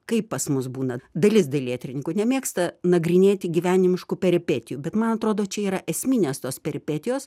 kaip pas mus būna dalis dailėtyrininkų nemėgsta nagrinėti gyvenimiškų peripetijų bet man atrodo čia yra esminės tos peripetijos